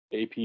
AP